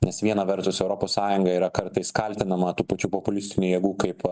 nes viena vertus europos sąjunga yra kartais kaltinama tų pačių populistinių jėgų kaip